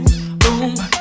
Boom